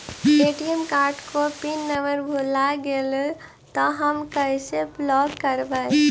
ATM card को pin number भुला गैले तौ हम कैसे ब्लॉक करवै?